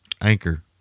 anchor